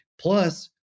plus